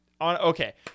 Okay